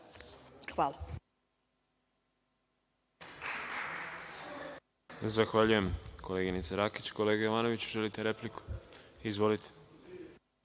Hvala.